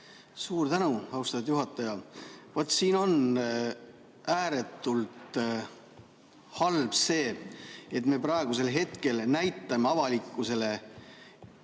Suur tänu, austatud juhataja! Vaat siin on ääretult halb see, et me praegusel hetkel näitame avalikkusele